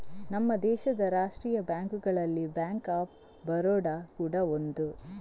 ನಮ್ಮ ದೇಶದ ರಾಷ್ಟೀಯ ಬ್ಯಾಂಕುಗಳಲ್ಲಿ ಬ್ಯಾಂಕ್ ಆಫ್ ಬರೋಡ ಕೂಡಾ ಒಂದು